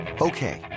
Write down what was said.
Okay